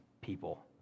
people